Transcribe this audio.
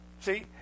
See